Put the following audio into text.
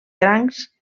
crancs